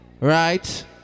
Right